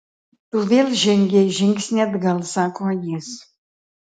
tu vėl žengei žingsnį atgal sako jis